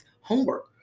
homework